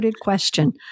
question